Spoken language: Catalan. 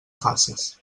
faces